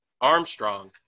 Armstrong